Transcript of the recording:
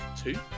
Two